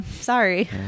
sorry